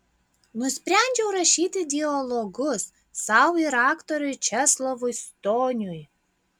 nusprendžiau rašyti dialogus sau ir aktoriui česlovui stoniui